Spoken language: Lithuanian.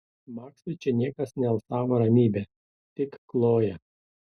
maksui čia niekas nealsavo ramybe tik kloja